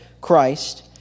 Christ